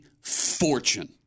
fortune